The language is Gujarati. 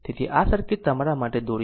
તેથી આ સર્કિટ તમારા માટે દોરી છે